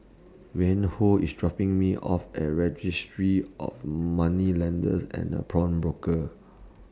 Reinhold IS dropping Me off At Registry of Moneylenders and Pawnbrokers